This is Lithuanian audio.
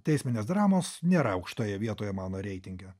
teisminės dramos nėra aukštoje vietoje mano reitinge